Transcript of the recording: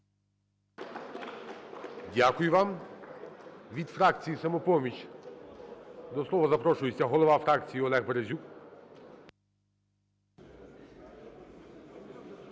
Дякую вам. Від фракції "Самопоміч" до слова запрошується голова фракції Олег Березюк.